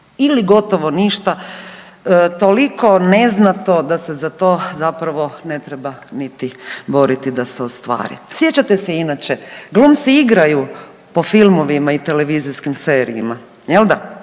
ili gotovo ništa, toliko neznatno da se za to zapravo ne treba niti boriti da se ostvari. Sjećate se inače, glumci igraju po filmovima i televizijskim serijima jel da?